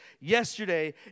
yesterday